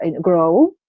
grow